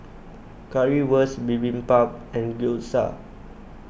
Currywurst Bibimbap and Gyoza